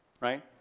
right